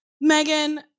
Megan